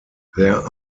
there